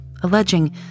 alleging